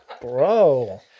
Bro